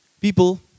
People